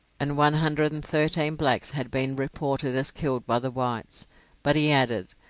and one hundred and thirteen blacks had been reported as killed by the whites but he added,